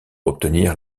obtenir